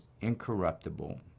incorruptible